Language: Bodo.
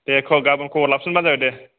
दे ख गाबोन खबर लाफिनबानो जाबाय दे